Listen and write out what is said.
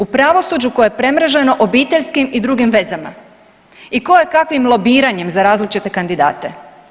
U pravosuđu koje premreženo obiteljskim i drugim vezama i kojekakvim lobiranjem za različite kandidate.